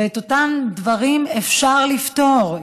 ואת אותם דברים אפשר לפתור.